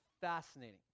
fascinating